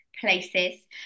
places